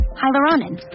hyaluronin